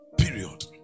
period